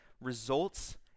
results